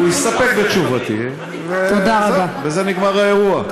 הוא הסתפק בתשובתי וזהו, בזה נגמר האירוע.